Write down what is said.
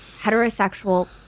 heterosexual